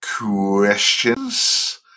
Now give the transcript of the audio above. questions